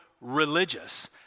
religious